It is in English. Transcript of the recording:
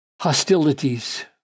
hostilities